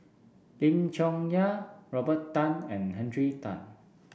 Lim Chong Yah Robert Tan and Henry Tan